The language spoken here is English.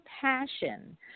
passion